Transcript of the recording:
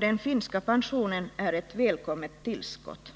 Den finska pensionen är därför ett välkommet tillskott.